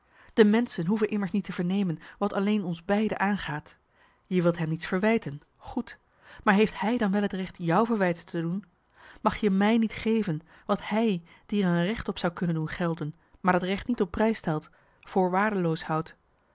de menschen hoeven immers niet te vernemen wat alleen ons beiden aangaat je wilt hem niets verwijten goed maar heeft hij dan wel het recht jou verwijten te doen mag je mij niet geven wat hij die er een recht op zou kunnen doen gelden maar dat recht niet op prijs stelt voor waardeloos houdt